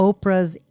Oprah's